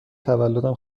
تولدم